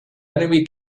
enemy